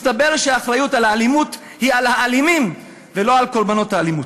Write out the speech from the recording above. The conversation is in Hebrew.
מסתבר שהאחריות לאלימות היא על האלימים ולא על קורבנות האלימות.